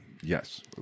Yes